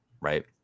right